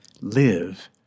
live